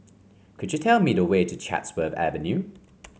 could you tell me the way to Chatsworth Avenue